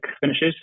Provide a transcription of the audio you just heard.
finishes